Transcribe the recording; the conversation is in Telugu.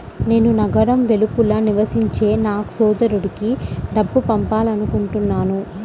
నేను నగరం వెలుపల నివసించే నా సోదరుడికి డబ్బు పంపాలనుకుంటున్నాను